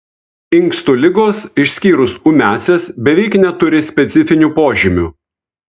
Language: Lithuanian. inkstų ligos išskyrus ūmiąsias beveik neturi specifinių požymių